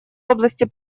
области